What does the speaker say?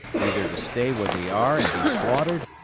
either to stay where they are and be slaughtered,